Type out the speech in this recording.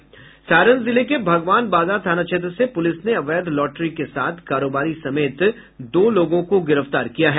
सारण जिले के भगवान बाजार थाना क्षेत्र से पुलिस ने अवैध लॉटरी के साथ कारोबारी समेत दो लोगों को गिरफ्तार किया है